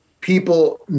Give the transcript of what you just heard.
People